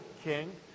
king